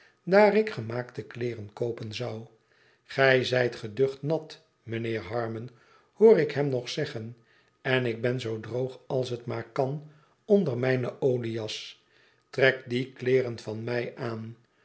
daar ik gemaakte kleeren koopen zou igij zijt geducht nat mijnheer harmon hoor ik hem nog zeggen en ik ben zoo droog als het maar kan onder mijne oliejas trek die kleeren van mij aan